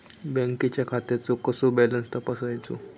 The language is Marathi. बँकेच्या खात्याचो कसो बॅलन्स तपासायचो?